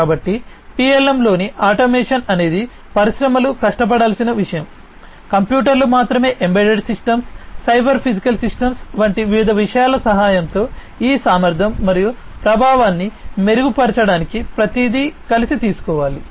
కాబట్టి పిఎల్ఎమ్లోని ఆటోమేషన్ అనేది పరిశ్రమలు కష్టపడాల్సిన విషయం కంప్యూటర్లు మాత్రమే embedded systems cyber physical systems వంటి వివిధ విషయాల సహాయంతో ఈ సామర్థ్యం మరియు ప్రభావాన్ని మెరుగుపరచడానికి ప్రతిదీ కలిసి తీసుకోవాలి